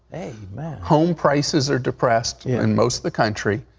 amen. home prices are depressed in most of the country.